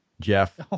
Jeff